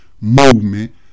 movement